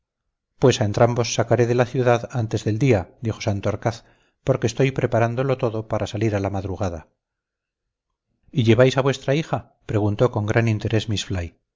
a entrambos sacaré de la ciudad antes del día dijo santorcaz porque estoy preparándolo todo para salir a la madrugada y lleváis a vuestra hija preguntó con gran interés